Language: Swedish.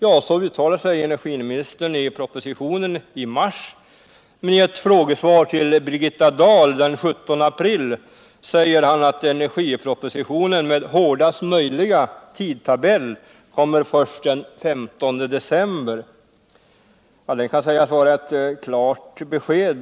Ja, så uttalade sig energiministern i propositionen i mars, men Ii ott frågesvar till Birgitta Dahl den 17 april sade han att energipropositionen med hårdaste möjliga tidtabell kommer först den 15 december. Det kan sägas vara et klart besked.